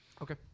Okay